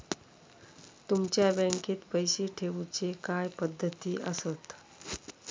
तुमच्या बँकेत पैसे ठेऊचे काय पद्धती आसत?